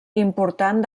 important